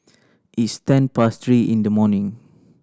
its ten past three in the morning